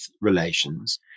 relations